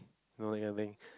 no yelling